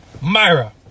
Myra